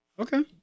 Okay